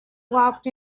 walked